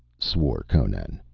swore conan.